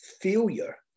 failure